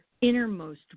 innermost